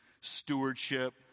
stewardship